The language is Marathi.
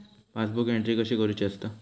पासबुक एंट्री कशी करुची असता?